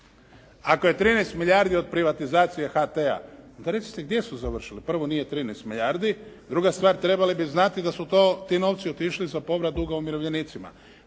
ako je 13 milijardi od privatizacije HT-a onda recite gdje su završili. Prvo nije 13 milijardi. Druga stvar, trebali bi znati da su to, ti novci otišli za povrat duga umirovljenicima.